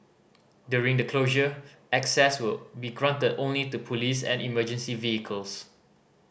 during the closure access will be granted only to police and emergency vehicles